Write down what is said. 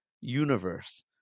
universe